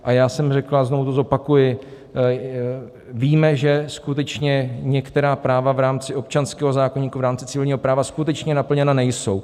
A já jsem řekl, a znovu to zopakuji, víme, že skutečně některá práva v rámci občanského zákoníku, v rámci civilního práva skutečně naplněna nejsou.